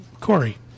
Corey